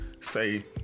say